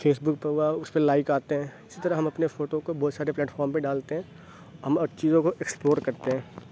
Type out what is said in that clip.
face بک پر ہوا اس پہ لائک آتے ہیں اسی طرح ہم اپنے فوٹو کو بہت سارے پلیٹ فارم پہ ڈالتے ہیں ہم اور چیزوں کو ایکسپلور کرتے ہیں